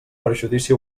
perjudici